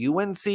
UNC